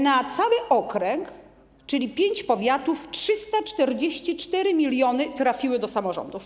Na cały okręg, czyli 5 powiatów, 344 mln trafiły do samorządów.